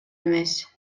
эмес